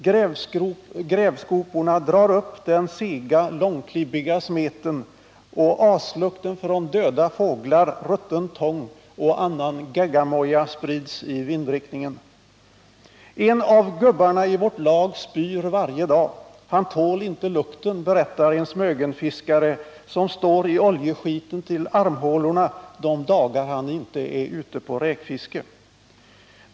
Grävskoporna drar upp den sega långklibbiga smeten, och aslukten från döda fåglar, rutten tång och annan geggamoja sprids i vindriktningen. En av gubbarna i vårt lag spyr varje dag. Han tål inte lukten, berättar en Smögenfiskare, som står i oljeskiten till armhålorna de dagar han inte är ute på räkfiske.